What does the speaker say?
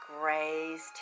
grazed